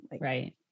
Right